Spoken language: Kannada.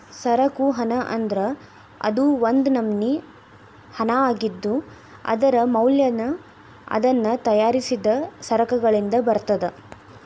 ಸರಕು ಹಣ ಅಂದ್ರ ಅದು ಒಂದ್ ನಮ್ನಿ ಹಣಾಅಗಿದ್ದು, ಅದರ ಮೌಲ್ಯನ ಅದನ್ನ ತಯಾರಿಸಿದ್ ಸರಕಗಳಿಂದ ಬರ್ತದ